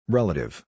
Relative